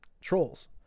trolls